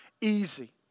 easy